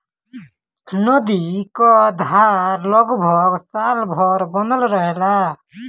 नदी क धार लगभग साल भर बनल रहेला